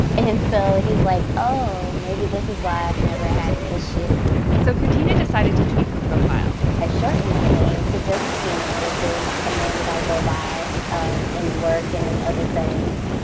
and so he's like, oh, maybe this is why i've never had an issue so quirtina decided to tweak her profile i shortened my name to just tina, which is a name that i go by um in work and in other settings.